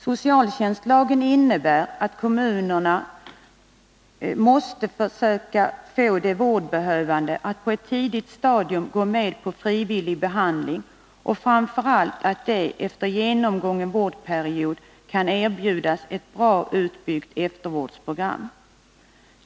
Socialtjänstlagen innebär att kommunerna måste försöka få de vårdbehövande att på ett tidigt stadium gå med på frivillig behandling. Framför allt måste kommunerna, efter det att klienterna har genomgått vårdperioden, kunna erbjuda ett bra utbyggt eftervårdsprogram.